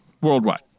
Worldwide